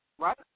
right